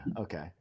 Okay